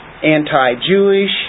anti-Jewish